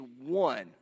one